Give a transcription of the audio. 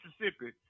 Mississippi